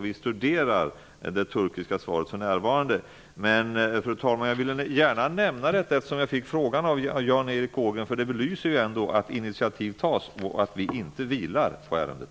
Vi studerar det turkiska svaret för närvarande. Men jag ville gärna nämna det, fru talman, eftersom jag fick frågan av Jan Erik Ågren. Det belyser ju ändå att initiativ tas och att vi inte vilar på ärendet.